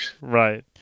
Right